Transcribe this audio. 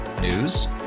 News